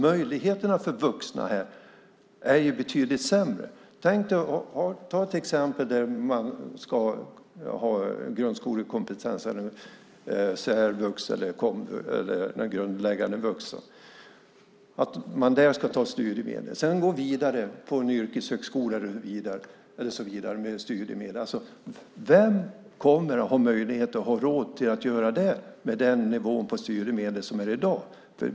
Möjligheterna för vuxna här är alltså betydligt sämre. Som exempel kan man ta en person som ska ha grundskolekompetens, särvux eller grundläggande vuxenutbildning, och ta studiemedel. Sedan ska den personen gå vidare på en yrkeshögskola med studiemedel. Vem kommer att ha möjlighet och råd att göra det med den nivå som det är på studiemedlen i dag?